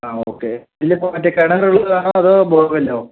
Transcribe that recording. ആ ഓക്കെ ഇതിലിപ്പോൾ മറ്റേ കിണറുള്ളതാണോ അതോ ബോർവെല്ലോ